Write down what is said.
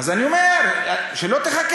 אני מתקן